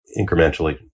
incrementally